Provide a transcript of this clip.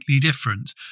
different